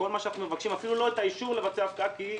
כל מה שאנחנו מבקשים הוא אפילו לא אישור לבצע הפקעה כי,